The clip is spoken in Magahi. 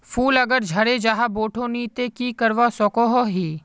फूल अगर झरे जहा बोठो नी ते की करवा सकोहो ही?